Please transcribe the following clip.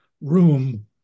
room